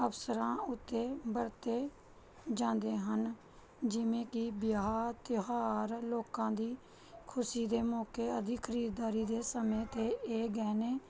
ਅਵਸਰਾਂ ਉੱਤੇ ਵਰਤੇ ਜਾਂਦੇ ਹਨ ਜਿਵੇਂ ਕਿ ਵਿਆਹ ਤਿਉਹਾਰ ਲੋਕਾਂ ਦੀ ਖੁਸ਼ੀ ਦੇ ਮੌਕੇ ਆਦਿ ਖਰੀਦਦਾਰੀ ਦੇ ਸਮੇਂ 'ਤੇ ਇਹ ਗਹਿਣੇ